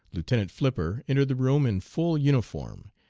lieutenant flipper entered the room in full uniform.